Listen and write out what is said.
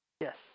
Yes